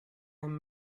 i’m